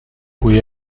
cui